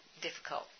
difficult